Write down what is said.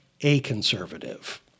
a-conservative